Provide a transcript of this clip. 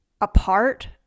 apart